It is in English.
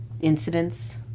incidents